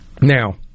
Now